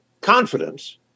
confidence